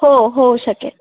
हो होऊ शकेल